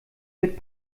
wird